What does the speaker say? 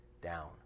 down